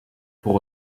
pour